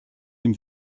dem